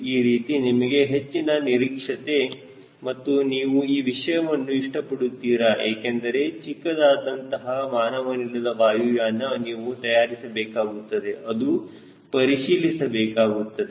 ಈ ರೀತಿ ನಿಮಗೆ ಹೆಚ್ಚಿನ ನಿರೀಕ್ಷತೆ ಮತ್ತು ನೀವು ಈ ವಿಷಯವನ್ನು ಇಷ್ಟಪಡುತ್ತೀರಾ ಏಕೆಂದರೆ ಚಿಕ್ಕದಾದ ಅಂತಹ ಮಾನವನಿಲ್ಲದ ವಾಯುಯಾನ ನೀವು ತಯಾರಿಸಬೇಕಾಗುತ್ತದೆ ಮತ್ತು ಪರಿಶೀಲಿಸಿಬೇಕಾಗುತ್ತದೆ